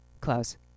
Close